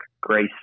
grace